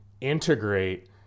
integrate